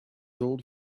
old